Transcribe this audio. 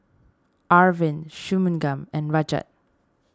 Arvind Shunmugam and Rajat